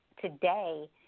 today